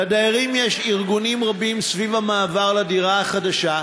לדיירים יש ארגונים רבים סביב המעבר לדירה החדשה,